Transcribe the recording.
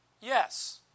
Yes